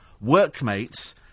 Workmates